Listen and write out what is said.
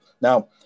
Now